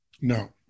No